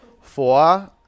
Four